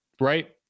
right